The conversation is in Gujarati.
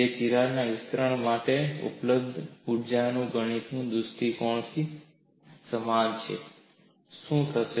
જે તિરાડ વિસ્તરણ માટે ઉપલબ્ધ ઊર્જા ગણિતના દૃષ્ટિકોણથી સમાન છે શું થશે